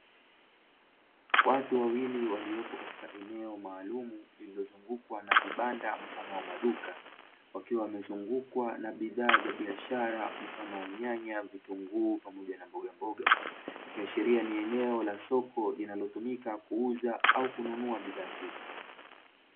Watu wawili waliopo katika eneo maalumu lililozungukwa na vibanda mfano wa maduka, wakiwa wamezungukwa na bidhaa za biashara mfano wa nyanya, vitunguu pamoja na mbogamboga, ikiashiria ni eneo la soko linalotumika kuuza au kununua bidhaa hizo.